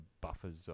buffers